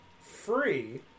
free